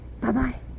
Bye-bye